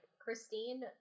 Christine